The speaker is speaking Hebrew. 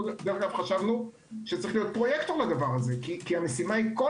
חשבנו שצריך להיות פרויקטור לדבר הזה כי המשימה היא כה